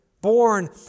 born